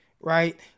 right